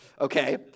Okay